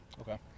Okay